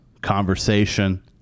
conversation